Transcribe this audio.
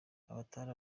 abatari